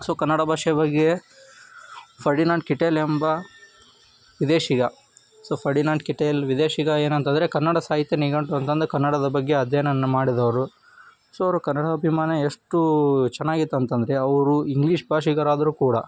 so Kannada ಭಾಷೆಯ ಬಗ್ಗೆ Ferdinand Kittel ಎಂಬ ವಿದೇಶಿಗ ಸೊ ಫರ್ಡಿನಾಂಡ್ ಕಿಟೇಲ್ ವಿದೇಶಿಗ ಏನಂತಂದರೆ ಕನ್ನಡ ಸಾಹಿತ್ಯ ನಿಘಂಟು ಅಂತಂದ್ರೆ ಕನ್ನಡದ ಬಗ್ಗೆ ಅಧ್ಯಯನವನ್ನು ಮಾಡಿದವರು ಸೊ ಅವ್ರ ಕನ್ನಡಾಭಿಮಾನ ಎಷ್ಟು ಚೆನ್ನಾಗಿತ್ತು ಅಂತಂದರೆ ಅವರು ಇಂಗ್ಲೀಷ್ ಭಾಷಿಗರಾದರೂ ಕೂಡ